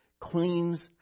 cleans